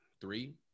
three